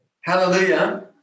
hallelujah